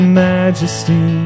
majesty